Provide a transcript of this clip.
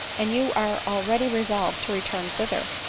and you are already resolved to return thither.